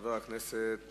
חבר הכנסת